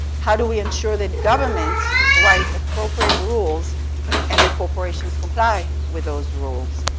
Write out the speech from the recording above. how do we ensure that governments write appropriate rules and the corporations comply with those rules?